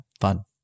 fun